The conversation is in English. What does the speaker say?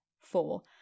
Four